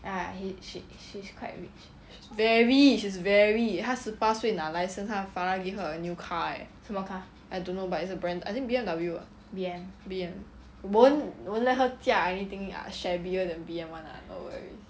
very she's very 她十八岁拿 license 她 father give her new car eh I don't know but it's a brand I think B_M_W ah B_M won't won't let her 驾 anything ya shabbier than B_M [one] lah no worries